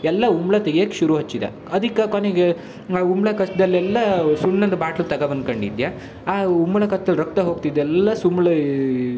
ಎಲ್ಲ ಉಂಬಳ ತೆಗೆಯಕ್ ಶುರು ಹಚ್ಚಿದ ಅದಕ್ಕೆ ಕೊನೆಗೆ ಆ ಉಂಬಳ ಕಸದಲ್ಲೆಲ್ಲ ಸುಣ್ಣದ ಬಾಟ್ಲ್ ತಗಬಂದ್ಕಂಡಿದ್ಯ ಆ ಉಂಬಳ ಕಚ್ದಲ್ಲಿ ರಕ್ತ ಹೋಗ್ತಿದ್ದೆಲ್ಲ ಸ್ ಉಂಬ್ಳ